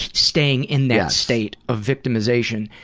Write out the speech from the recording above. staying in that state of victimization.